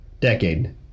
Decade